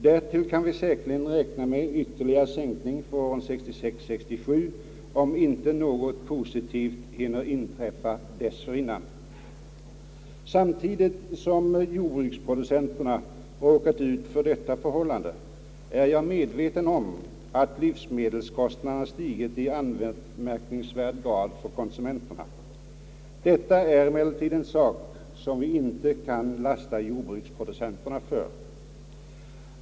Därtill kan vi säkerligen räkna med ytterligare sänkning för åren 1966/67 om inte något positivt hinner inträffa dessförinnan. Samtidigt som jordbruksproducenterna råkat ut för detta är jag medveten om att livsmedelskostnaderna stigit i anmärkningsvärd grad för konsumenterna. Detta är emellertid en sak som vi inte kan lasta jordbrukets producenter för.